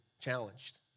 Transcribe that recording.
challenged